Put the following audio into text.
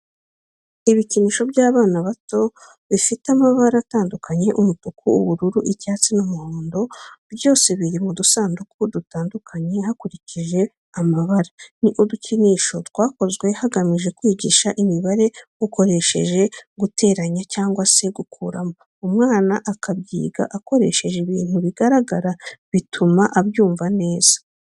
Ibikinisho by'abana bato bifite amabara atandukanye umutuku, ubururu, icyatsi n'umuhondo byose biri mu dusanduku dutandukanye hakurikije amabara. Ni udukinisho twakozwe hagamijwe kwigisha imibare ukoresheje guteranya cyangwa se gukuramo umwana akabyiga akoresheje ibintu bigaragara bituma abyumva neza.